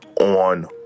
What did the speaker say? on